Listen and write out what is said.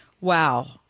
Wow